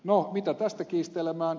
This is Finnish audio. no mitä tästä kiistelemään